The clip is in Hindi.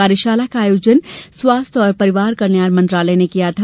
कार्यशाला का आयोजन स्वास्थ्य और परिवार कल्याण मंत्रालय ने किया था